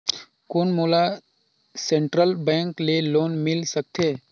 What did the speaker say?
कौन मोला central bank ले लोन मिल सकथे?